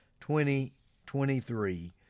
2023